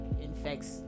infects